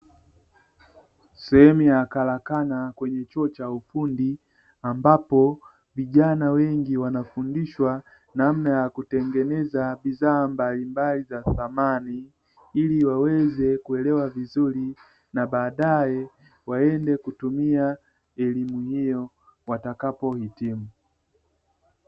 Sehemu ya karakana kwenye chuo cha ufundi, ambapo vijana wengi wanafundishwa namna ya kutengeneza bidhaa mbalimbali za samani, ili waweze kuelewa vizuri na baadae waweze kutumia elimu hiyo watakapo hitimu.